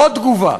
עוד תגובה: